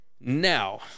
Now